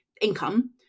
income